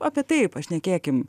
apie tai pašnekėkim